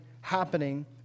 happening